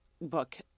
book